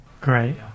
Great